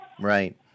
Right